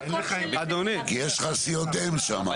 כי יש לך סיעות אם שם.